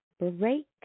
break